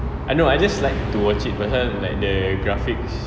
I know I just like to watch it pasal like the graphics